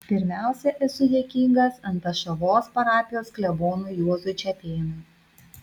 pirmiausia esu dėkingas antašavos parapijos klebonui juozui čepėnui